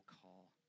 call